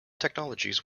technologies